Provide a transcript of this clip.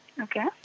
Okay